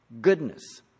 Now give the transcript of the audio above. goodness